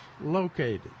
located